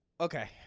Okay